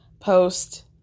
post